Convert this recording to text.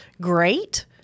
great